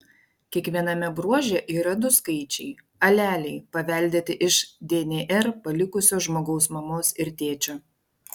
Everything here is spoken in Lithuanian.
kiekviename bruože yra du skaičiai aleliai paveldėti iš dnr palikusio žmogaus mamos ir tėčio